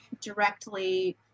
directly